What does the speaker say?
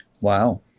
Wow